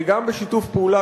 וגם בשיתוף פעולה,